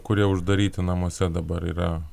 kurie uždaryti namuose dabar yra